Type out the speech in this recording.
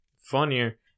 funnier